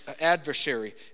adversary